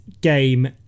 game